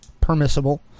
permissible